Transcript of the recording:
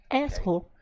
asshole